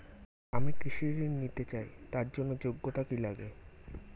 আমি কৃষি ঋণ নিতে চাই তার জন্য যোগ্যতা কি লাগে?